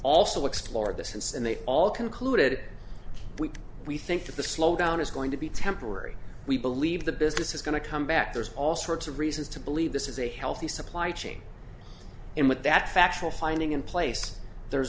also explore the sense and they all concluded we we think that the slowdown is going to be temporary we believe the business is going to come back there's all sorts of reasons to believe this is a healthy supply chain and with that factual finding in place there's